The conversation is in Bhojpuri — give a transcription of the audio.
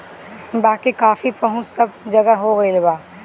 बाकी कॉफ़ी पहुंच सब जगह हो गईल बा